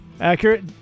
accurate